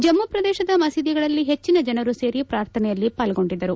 ಜಮ್ಮ ಪ್ರದೇಶದ ಮಸೀದಿಗಳಲ್ಲಿ ಹೆಟ್ಟನ ಜನರು ಸೇರಿ ಪ್ರಾರ್ಥನೆಯಲ್ಲಿ ಪಾಲ್ಗೊಂಡಿದ್ದರು